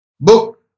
book